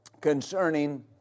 concerning